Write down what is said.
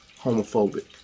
homophobic